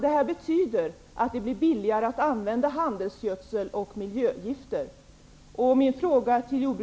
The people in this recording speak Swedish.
Detta betyder att det blir billigare att använda handelsgödsel och miljögifter.